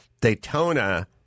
Daytona –